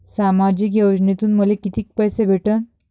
सामाजिक योजनेतून मले कितीक पैसे भेटन?